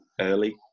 early